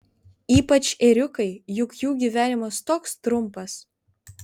ypač ėriukai juk jų gyvenimas toks trumpas